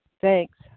Thanks